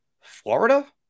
Florida